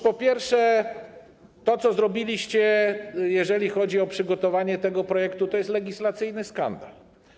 Po pierwsze, to, co zrobiliście, jeżeli chodzi o przygotowanie tego projektu, to jest legislacyjny skandal.